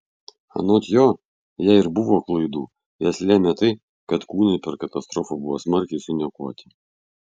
anot jo jei ir buvo klaidų jas lėmė tai kad kūnai per katastrofą buvo smarkiai suniokoti